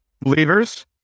Believers